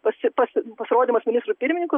pasi pasi pasirodymas ministru pirmininku